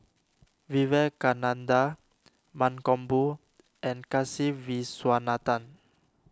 Vivekananda Mankombu and Kasiviswanathan